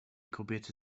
kobiety